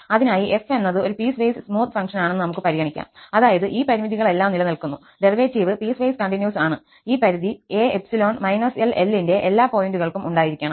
അതിനായി f എന്നത് ഒരു പീസ്വൈസ് സ്മൂത്ത് ഫംഗ്ഷൻ ആണെന്ന് നമുക്ക് പരിഗണിക്കാം അതായത് ഈ പരിമിതികളെല്ലാം നിലനിൽക്കുന്നു ഡെറിവേറ്റീവ് പീസ്വൈസ് കണ്ടിന്യൂസ് ആണ് ഈ പരിധി a ∈ −L L ന്റെ എല്ലാ പോയിന്റുകൾക്കും ഉണ്ടായിരിക്കണം